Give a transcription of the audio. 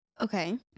Okay